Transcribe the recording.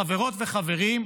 חברות וחברים,